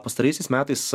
pastaraisiais metais